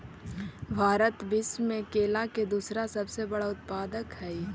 भारत विश्व में केला के दूसरा सबसे बड़ा उत्पादक हई